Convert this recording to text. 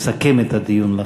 יסכם את הדיון.